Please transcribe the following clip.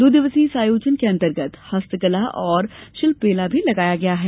दो दिवसीय इस आयोजन के अंतर्गत हस्तकला और शिल्प मेला भी लगाया गया है